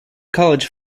college